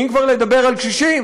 אם כבר לדבר על קשישים,